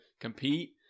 compete